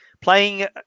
playing